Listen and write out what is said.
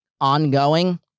ongoing